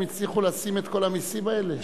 הם הצליחו לשים את כל המסים האלה?